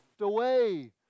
away